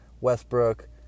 Westbrook